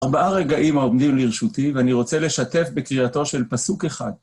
ארבעה רגעים העומדים לרשותי, ואני רוצה לשתף בקריאתו של פסוק אחד.